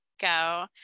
go